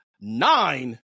nine